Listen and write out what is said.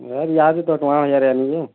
ମୋର୍ ଇହାଦେ ଟଙ୍କା ହଜାରେ ହେଲେ ବି